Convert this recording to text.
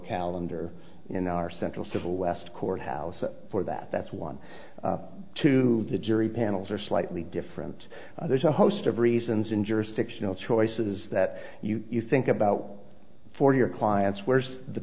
calendar in our central civil west courthouse for that that's one to the jury panels are slightly different there's a host of reasons and jurisdictional choices that you think about for your clients where's the